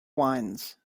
wines